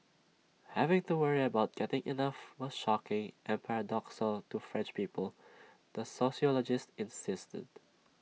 having to worry about getting enough was shocking and paradoxical to French people the sociologist insisted